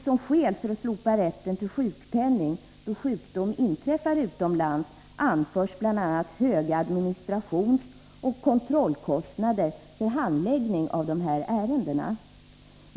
Som skäl för att slopa rätten till sjukpenning då sjukdom inträffar utomlands anförs bl.a. höga administrationsoch kontrollkostnader för handläggningen av dessa ärenden.